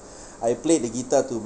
I play the guitar too